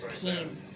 team